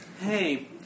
hey